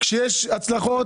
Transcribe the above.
כשיש הצלחות,